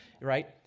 right